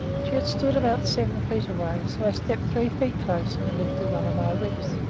she had stood about seven feet away, so i stepped three feet closer and lifted one of my whips.